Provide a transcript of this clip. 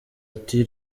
ati